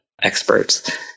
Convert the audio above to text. experts